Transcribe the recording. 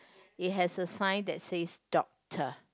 it has a sign that says doctor